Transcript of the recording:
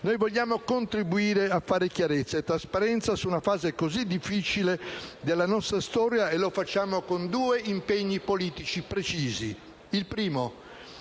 Noi vogliamo contribuire a fare chiarezza e trasparenza su una fase così difficile della nostra storia e lo facciamo con due impegni politici precisi. In primo